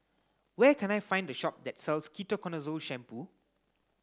where can I find a shop that sells Ketoconazole shampoo